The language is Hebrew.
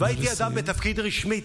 וראיתי אדם בתפקיד רשמי,